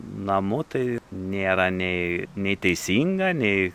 namu tai nėra nei nei teisinga nei